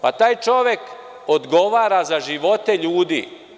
Pa, taj čovek odgovara za živote ljudi.